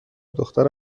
دختر